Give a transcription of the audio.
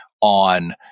on